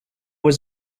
was